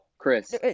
Chris